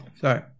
sorry